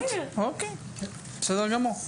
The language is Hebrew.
אוקיי, בסדר גמור,